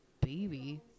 baby